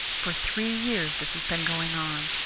for three years this has been going on.